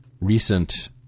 recent